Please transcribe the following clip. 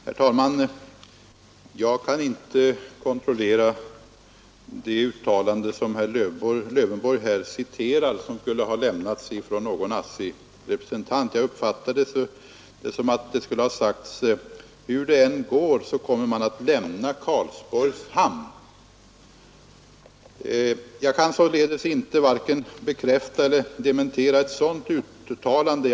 Torsdagen den Herr talman! Jag kan inte 'kontrollera det uttalande som herr 30 november 1972 Lövenborg här citerar och som skulle ha lämnats av någon ASSI-represen ——— tant. Jag uppfattade det som att man skulle ha sagt, att hur det än går Ang. kostnadskommer man att lämna Karlsborgs hamn. Jag kan således varken bekräfta synpunkternas eller dementera ett sådant uttalande.